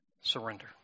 Surrender